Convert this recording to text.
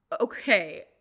Okay